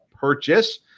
purchase